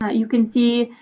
ah you can see